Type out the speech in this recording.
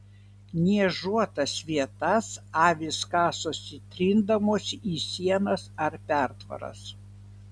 niežuotas vietas avys kasosi trindamosi į sienas ar pertvaras